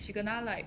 she kena like